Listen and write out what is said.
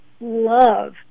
love